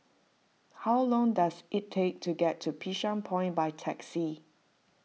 how long does it take to get to Bishan Point by taxi